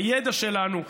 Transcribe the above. הידע שלנו,